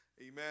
amen